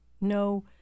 no